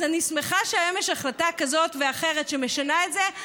אז אני שמחה שהיום יש החלטה כזאת ואחרת שמשנה את זה.